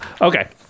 Okay